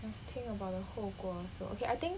must think about the 后果 also okay I think